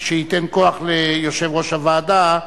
שייתן כוח ליושב-ראש הוועדה,